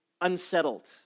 unsettled